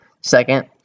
Second